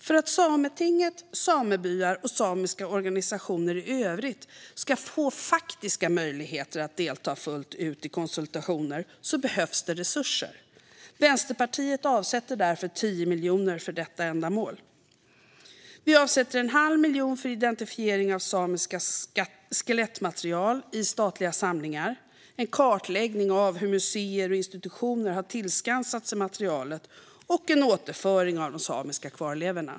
För att Sametinget, samebyar och samiska organisationer i övrigt ska få faktiska möjligheter att delta fullt ut i konsultationer behövs det resurser. Vänsterpartiet avsätter därför 10 miljoner för detta ändamål. Vi avsätter också en halv miljon för identifiering av samiskt skelettmaterial i statliga samlingar, en kartläggning av hur museer och institutioner har tillskansat sig materialet samt en återföring av de samiska kvarlevorna.